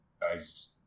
guys